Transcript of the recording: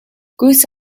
goose